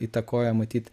įtakoja matyt